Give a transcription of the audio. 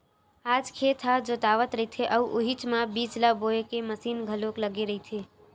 आज खेत ह जोतावत रहिथे अउ उहीच म बीजा ल बोए के मसीन घलोक लगे रहिथे